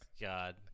God